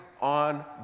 on